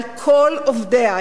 על כל עובדיה,